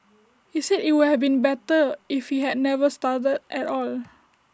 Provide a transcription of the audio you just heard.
he said IT would have been better if he had never started at all